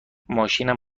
ماشینم